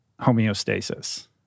homeostasis